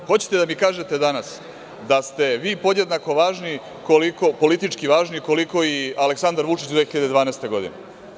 Hoćete da mi kažete danas da ste vi podjednako politički važni koliko i Aleksandar Vučić 2012. godine?